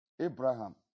Abraham